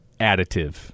additive